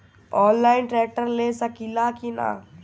Online tractor ले सकीला कि न?